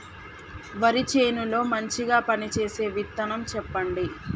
వరి చేను లో మంచిగా పనిచేసే విత్తనం చెప్పండి?